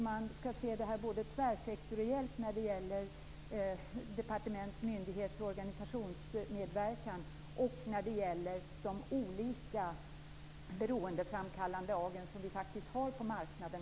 Man skall se det här tvärsektoriellt både när det gäller departements-, myndighets och organisationsmedverkan och när det gäller de olika beroendeframkallande agenser som vi faktiskt har på marknaden.